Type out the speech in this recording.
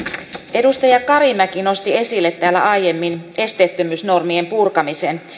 edustaja karimäki nosti esille täällä aiemmin esteettömyysnormien purkamisen